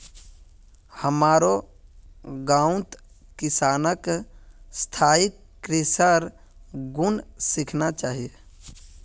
हमारो गांउत किसानक स्थायी कृषिर गुन सीखना चाहिए